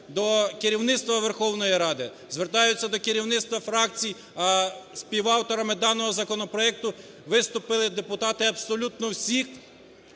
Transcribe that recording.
до керівництва Верховної Ради, звертаюся до керівництва фракцій, співавторами даного законопроекту виступили депутати абсолютно всіх